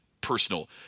personal